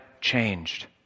changed